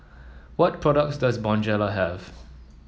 what products does Bonjela have